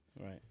Right